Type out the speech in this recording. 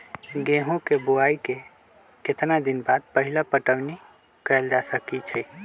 गेंहू के बोआई के केतना दिन बाद पहिला पटौनी कैल जा सकैछि?